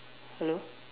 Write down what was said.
hello